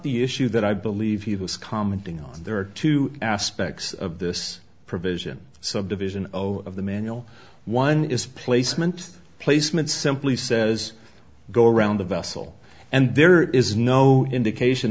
the issue that i believe he was commenting on there are two aspects of this provision subdivision of the manual one is placement placement simply says go around the vessel and there is no indication